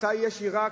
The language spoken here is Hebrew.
מתי יש יראה?